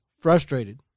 frustrated